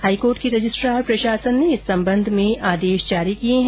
high court के registrar प्रशासन ने इस संबंध में आज आदेश जारी किए हैं